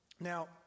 Now